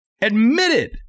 admitted